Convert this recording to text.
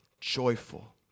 joyful